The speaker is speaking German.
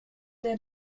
der